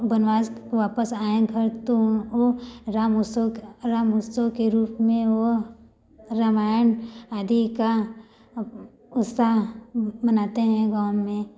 बनवास जब वापस आए घर तो वह वह राम उत्सव राम उत्सव के रुप में वह रामायण आदि का उत्साह मनाते हैं गाँव में